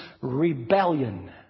rebellion